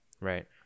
Right